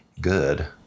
Good